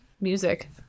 music